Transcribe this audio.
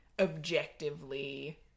objectively